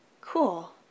Cool